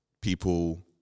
people